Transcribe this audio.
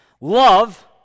love